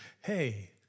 hey